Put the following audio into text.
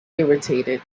irritated